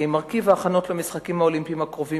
מרכיב ההכנות למשחקים האולימפיים הקרובים